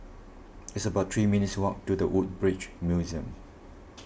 it's about three minutes' walk to the Woodbridge Museum